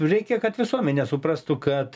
reikia kad visuomenė suprastų kad